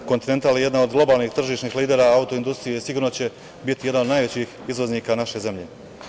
Kontinental“ je jedna od globalnih tržišnih lidera auto-industrije i sigurno će biti jedna od najvećih izlaznika naše zemlje.